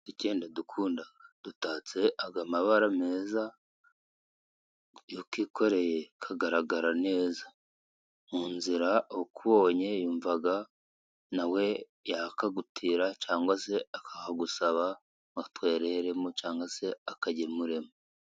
Uduseke ndadukunda dutatse aya mabara meza. Iyo ukikoreye kagaragara neza, mu nzira ukubonye yumva nawe yakagutira cyangwa se akakagusaba, ngo atwereremo cyangwa se akagemuremo.